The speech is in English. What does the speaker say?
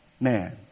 man